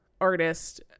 artist